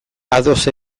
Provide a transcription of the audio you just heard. ados